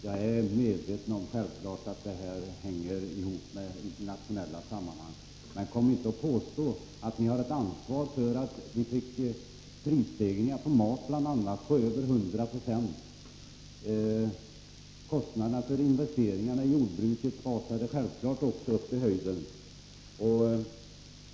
Jag är självfallet medveten om att det hela har samband med internationella förhållanden — men kom inte och påstå att ni inte har ansvar för att vi fick prisstegringar på bl.a. mat på över 100 96. Kostnaderna för investeringar i jordbruket rusade självfallet också i höjden.